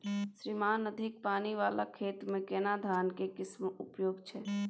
श्रीमान अधिक पानी वाला खेत में केना धान के किस्म उपयुक्त छैय?